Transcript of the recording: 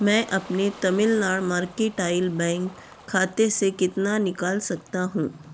मैं अपने Tamilnad mercantile bank खाते से कितना निकाल सकता हूँ